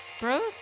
bros